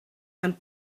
and